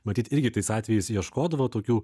matyt irgi tais atvejais ieškodavo tokių